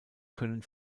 können